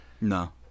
No